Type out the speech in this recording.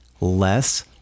less